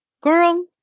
girl